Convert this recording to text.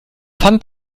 pfand